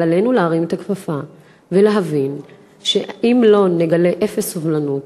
אבל עלינו להרים את הכפפה ולהבין שאם לא נגלה אפס סובלנות,